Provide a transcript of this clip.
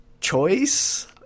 choice